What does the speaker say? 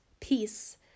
peace